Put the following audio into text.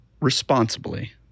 responsibly